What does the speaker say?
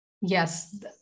yes